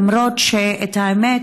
למרות שאת האמת,